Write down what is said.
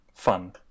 fun